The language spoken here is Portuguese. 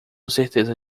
certeza